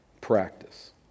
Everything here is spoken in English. practice